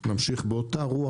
נמשיך באותה רוח,